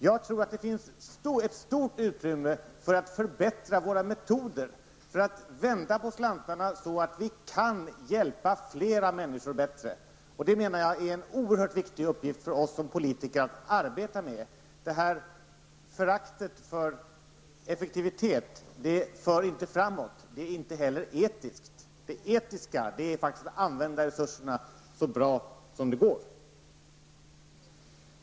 Jag tror att det finns ett stort utrymme för att förbättra våra metoder, för att vända på slantarna så att vi kan hjälpa fler människor bättre. Det menar jag är en oerhört viktig uppgift för oss som politiker att arbeta med. Det här föraktet för effektivitet för inte framåt. Det är inte heller etiskt. Det etiska är faktiskt att använda resurserna så bra som det går.